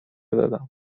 دادم